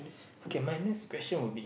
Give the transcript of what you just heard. okay my next question would be